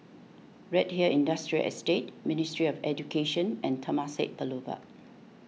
Redhill Industrial Estate Ministry of Education and Temasek Boulevard